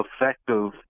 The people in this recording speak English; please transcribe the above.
effective